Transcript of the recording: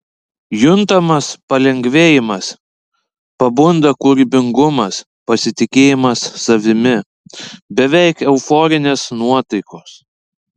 juntamas palengvėjimas pabunda kūrybingumas pasitikėjimas savimi beveik euforinės nuotaikos